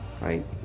right